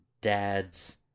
dad's